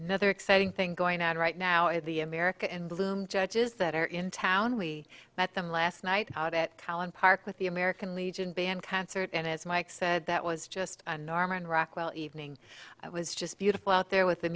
another exciting thing going on right now is the america in bloom judges that are in town we met them last night out at allen park with the american legion band concert and as mike said that was just a norman rockwell evening it was just beautiful out there with the